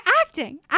acting